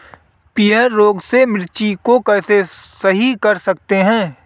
पीहर रोग से मिर्ची को कैसे सही कर सकते हैं?